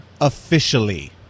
officially